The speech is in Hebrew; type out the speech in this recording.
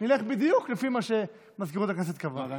נלך בדיוק לפי מה שמזכירות הכנסת קבעה.